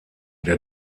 der